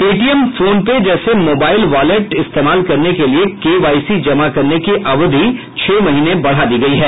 Paytm PhonePe जैसे mobile wallet इस्तेमाल करने के लिये केवाईसी जमा करने की अवधि छह महीने बढ़ गयी है